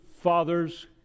fathers